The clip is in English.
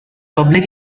public